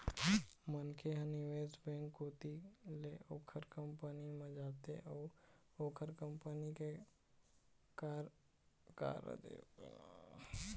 मनखे ह निवेश बेंक कोती ले ओखर कंपनी म जाथे अउ ओखर कंपनी के कारज योजना के बारे म जानथे